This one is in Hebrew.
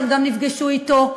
שהם גם נפגשו אתו,